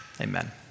Amen